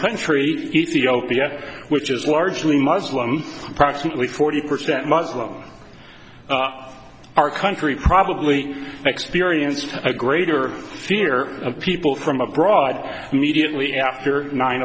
ethiopia which is largely muslim approximately forty percent muslim our country probably experienced a greater fear of people from abroad immediately after nine